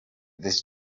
this